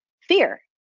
fear